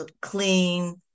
clean